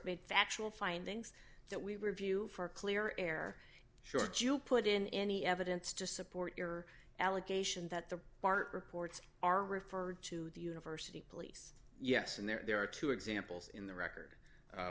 made factual findings that we review for clear air short you put in any evidence to support your allegation that the part reports are referred to the university police yes and there are two examples in the record